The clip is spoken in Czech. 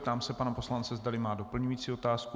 Ptám se pana poslance, zdali má doplňující otázku.